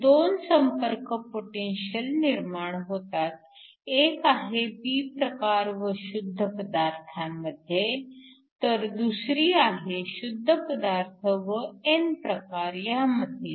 दोन संपर्क पोटेन्शिअल निर्माण होतात एक आहे p प्रकार व शुद्ध पदार्थामध्ये तर दुसरी आहे शुद्ध पदार्थ व n प्रकार ह्यांमधील